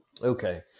Okay